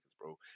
bro